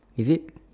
is it